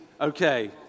Okay